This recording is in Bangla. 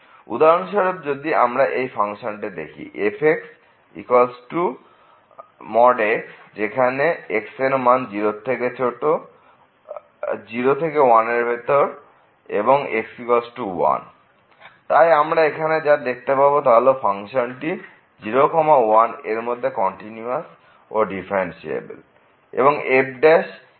উদাহরণস্বরূপ যদি আমরা এই ফাংশনটি কে দেখি fxx 0≤x1 0 x1 তাই আমরা এখানে যা দেখতে পাবো তা হল ফাংশনটি 01 এরমধ্যে কন্টিনিউয়াস ও ডিফারেন্সিএবেল এবং f 0f